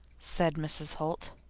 said mrs. holt.